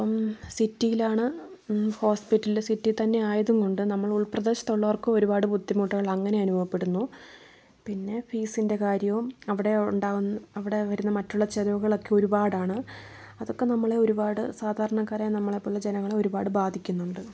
അപ്പം സിറ്റിലാണ് ഹോസ്പിറ്റൽ സിറ്റിത്തന്നെ ആയതുംകൊണ്ട് നമ്മൾ ഉൾപ്രദേശത്ത് ഉള്ളവർക്ക് ഒരുപാട് ബുദ്ധിമുട്ടുകൾ അങ്ങനേയും അനുഭവപ്പെടുന്നു പിന്നെ ഫീസിന്റെ കാര്യവും അവിടെ ഉണ്ടാവുന്ന അവിടെ വരുന്ന മറ്റുള്ള ചിലവുകളൊക്കെ ഒരുപാടാണ് അതൊക്കെ നമ്മളെ ഒരുപാട് സാധാരണക്കാരായ നമ്മളെപ്പോലുള്ള ജനങ്ങളെ ഒരുപാട് ബാധിക്കുന്നുണ്ട്